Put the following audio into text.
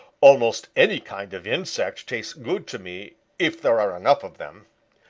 almost any kind of insect tastes good to me if there are enough of them.